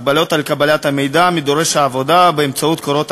הגבלות על קבלת מידע מדורש עבודה באמצעות קורות חיים),